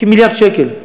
כמיליארד שקל,